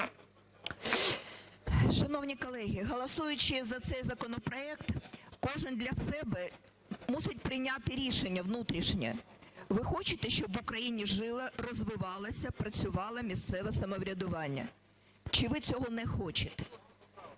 Шановні колеги, голосуючи за цей законопроект, кожен для себе мусить прийняти рішення внутрішнє: ви хочете, щоб в Україні жило, розвивалося, працювало місцеве самоврядування чи ви цього не хочете?